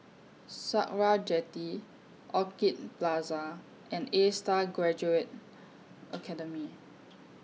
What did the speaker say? Sakra Jetty Orchid Plaza and A STAR Graduate Academy